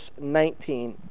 19